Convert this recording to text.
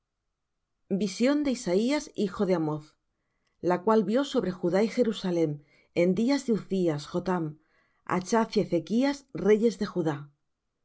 vision de isaías hijo de amoz la cual vió sobre judá y jerusalem en días de uzzías jotham achz y ezechas reyes de judá